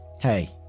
Hey